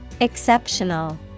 Exceptional